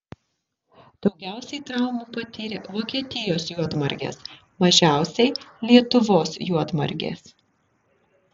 daugiausiai traumų patyrė vokietijos juodmargės mažiausiai lietuvos juodmargės